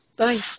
Bye